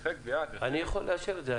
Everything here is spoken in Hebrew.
הליכי גבייה --- אני יכול לאשר זאת.